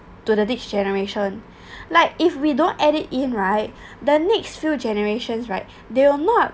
to the next generation like if we don't add it in right the next few generations right they will not